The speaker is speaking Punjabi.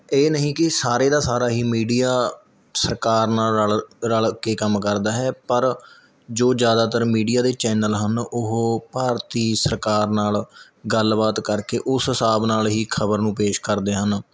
ਇਹ ਨਹੀਂ ਕਿ ਸਾਰੇ ਦਾ ਸਾਰਾ ਹੀ ਮੀਡੀਆ ਸਰਕਾਰ ਨਾਲ ਰਲ਼ ਰਲ਼ ਕੇ ਕੰਮ ਕਰਦਾ ਹੈ ਪਰ ਜੋ ਜ਼ਿਆਦਾਤਰ ਮੀਡੀਆ ਦੇ ਚੈਨਲ ਹਨ ਉਹ ਭਾਰਤੀ ਸਰਕਾਰ ਨਾਲ ਗੱਲਬਾਤ ਕਰਕੇ ਉਸ ਹਿਸਾਬ ਨਾਲ ਹੀ ਖਬਰ ਨੂੰ ਪੇਸ਼ ਕਰਦੇ ਹਨ